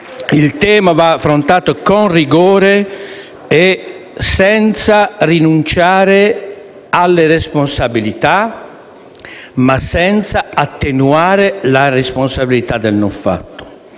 il tema va affrontato con rigore e senza rinunciare alle responsabilità, ma senza attenuare la responsabilità del non fatto.